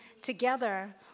together